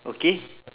okay